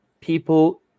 people